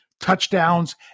touchdowns